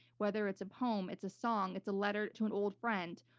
whether it's a poem, it's a song, it's a letter to an old friend,